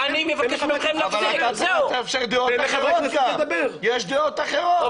-- אנשים פה מבקשים להביע דעות --- אבל יש דעות אחרות כאן.